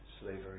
slavery